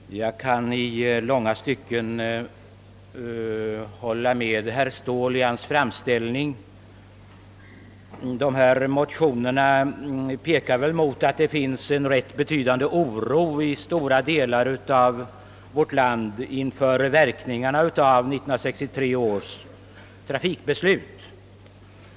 Herr talman! Jag kan i långa stycken hålla med herr Ståhl i hans framställning. De föreliggande motionerna tyder på att det råder en rätt betydande oro i stora delar av vårt land inför verkningarna av 1963 års trafikbeslut.